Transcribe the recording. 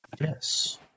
Yes